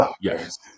Yes